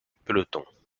peloton